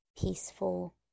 peaceful